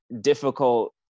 difficult